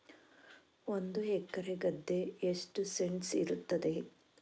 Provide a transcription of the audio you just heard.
ಒಂದು ಎಕರೆ ಗದ್ದೆ ಎಷ್ಟು ಸೆಂಟ್ಸ್ ಇರುತ್ತದೆ?